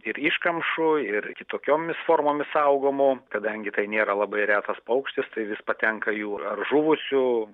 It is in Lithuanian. ir iškamšų ir kitokiomis formomis saugomų kadangi tai nėra labai retas paukštis tai vis patenka jų ar žuvusių